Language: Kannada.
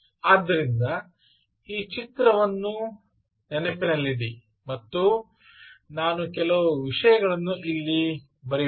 ಆದ್ದರಿಂದ ಈ ಚಿತ್ರವನ್ನು ನೆನಪಿನಲ್ಲಿಡಿ ಮತ್ತು ನಾವು ಕೆಲವು ವಿಷಯಗಳನ್ನು ಇಲ್ಲಿ ಬರೆಯೋಣ